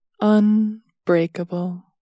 unbreakable